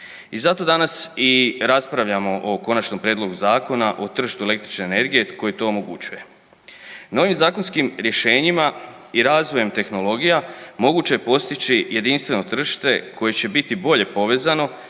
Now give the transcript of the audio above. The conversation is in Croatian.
I zato danas i raspravljamo o Konačnom prijedlogu Zakona o tržištu električne energije koji to omogućuje. Novim zakonskim rješenjima i razvojem tehnologija moguće je postići jedinstveno tržište koje će biti bolje povezano